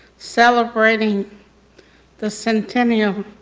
celebrating the centennial